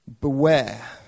Beware